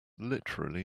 literally